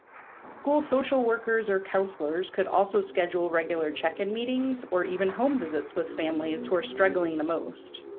school social workers or counselors could also schedule regular check-in meetings or even home visits with families who are struggling the most.